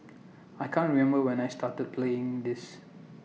I can't remember when I started playing this